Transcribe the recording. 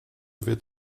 wird